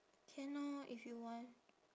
can orh if you want